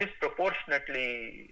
disproportionately